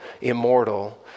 immortal